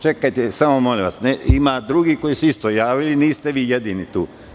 Čekajte, molim vas, ima drugih koji su se isto javili i niste vi jedini tu.